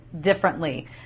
differently